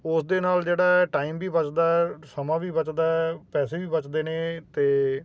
ਉਸ ਦੇ ਨਾਲ ਜਿਹੜਾ ਟਾਈਮ ਵੀ ਬਚਦਾ ਸਮਾਂ ਵੀ ਬਚਦਾ ਪੈਸੇ ਵੀ ਬਚਦੇ ਨੇ ਅਤੇ